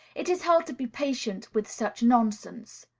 it is hard to be patient with such nonsense.